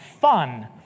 fun